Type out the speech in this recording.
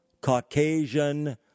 Caucasian